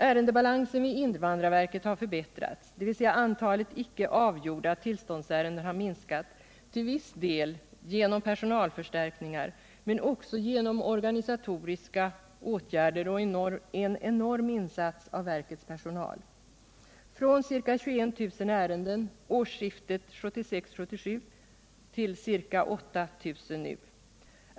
Ärendebalansen vid invandrarverket har förbättrats, dvs. antalet icke avgjorda tillståndsärenden har minskat, till viss del genom personalförstärkningar, men också genom organisatoriska åtgärder och en enorm insats av verkets personal — från ca 21000 ärenden årsskiftet 1976-1977 till ca 8000 nu.